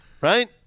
Right